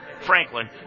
Franklin